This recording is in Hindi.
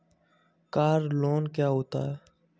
कार लोन क्या होता है?